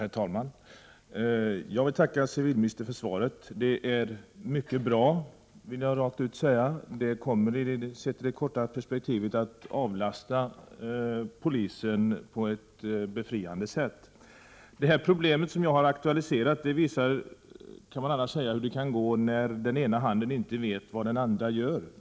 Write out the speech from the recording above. Herr talman! Jag vill tacka civilministern för svaret. Jag vill rakt ut säga att det är ett mycket bra svar. Sett i det korta perspektivet kommer det att avlasta polisen på ett befriande sätt. Det problem som jag har aktualiserat visar hur det kan gå när den ena handen inte vet vad den andra gör.